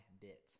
bit